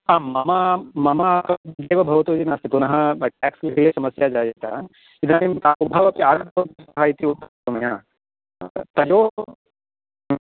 हा ममा मम अकौण्ट् मध्ये एव भवतु इति नास्ति पुनः ट्याक्स् विषये समस्या जायेत इदानीं तावुभावपि आगतवन्तः इति उक्तं मया तयोः